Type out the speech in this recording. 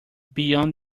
beyond